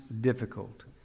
difficult